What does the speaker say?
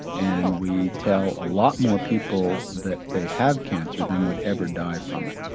and we tell a lot more people that they have cancer than would ever die from it.